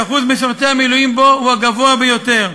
שאחוז משרתי המילואים בו הוא הגבוה ביותר,